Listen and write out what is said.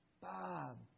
Bob